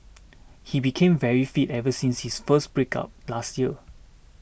he became very fit ever since his breakup last year